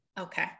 okay